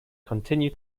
continue